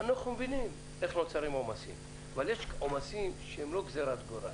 אנחנו מבינים איך נוצרים עומסים אבל יש עומסים שהם לא גזירת גורל.